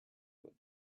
wood